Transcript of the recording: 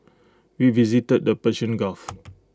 we visited the Persian gulf